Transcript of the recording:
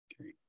Okay